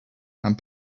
and